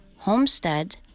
Homestead